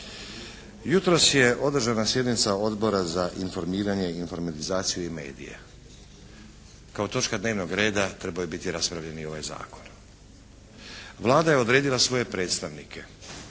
Jutros je održana sjednica Odbora za informiranje, informatizaciju i medije. Kao točka dnevnog reda trebao je biti raspravljen i ovaj Zakon. Vlada je odredila svoje predstavnike